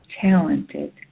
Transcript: talented